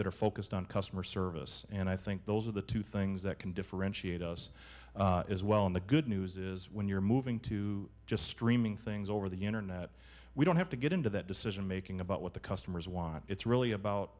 that are focused on customer service and i think those are the two things that can differentiate us as well in the good news is when you're moving to just streaming things over the internet we don't have to get into that decision making about what the customers want it's really about